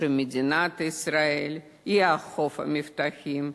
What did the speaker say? שמדינת ישראל היא חוף המבטחים,